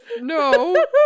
no